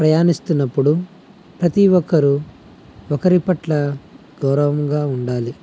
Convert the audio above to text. ప్రయాణిస్తున్నప్పుడు ప్రతీ ఒక్కరు ఒకరి పట్ల గౌరవంగా ఉండాలి